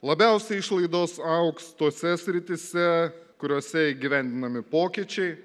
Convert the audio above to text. labiausiai išlaidos augs tose srityse kuriose įgyvendinami pokyčiai